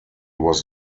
was